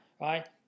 right